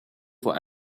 for